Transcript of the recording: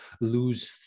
lose